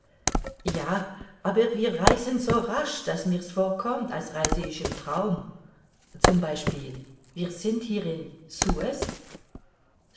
ja aber wir reisen so rasch daß mir's vorkommt als reise ich im traum z b wir sind hier